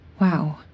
Wow